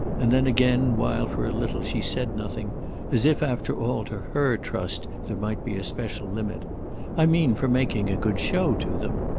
and then again while for a little she said nothing as if after all to her trust there might be a special limit i mean for making a good show to them.